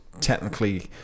technically